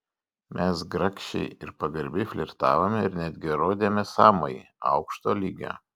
mes grakščiai ir pagarbiai flirtavome ir netgi rodėme sąmojį aukšto lygio